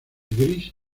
gris